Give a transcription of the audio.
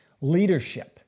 leadership